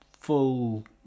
full